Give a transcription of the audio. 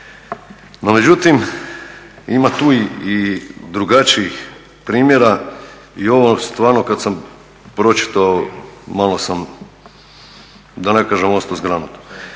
No međutim, ima tu i drugačijih primjera. I ovo stvarno kad sam pročitao malo sam da ne kažem ostao zgranut.